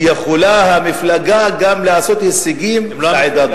יכולה המפלגה גם לעשות הישגים בעדה הדרוזית.